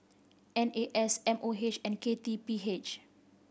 N A S M O H and K T P H